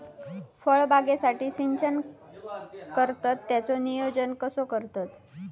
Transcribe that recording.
फळबागेसाठी सिंचन करतत त्याचो नियोजन कसो करतत?